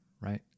right